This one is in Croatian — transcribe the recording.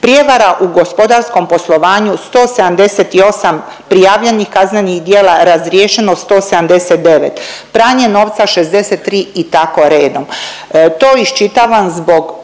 prijevara u gospodarskom poslovanju 178 prijavljenih kaznenih djela, razriješeno 179, pranje novca 63 i tako redom. To iščitavam zbog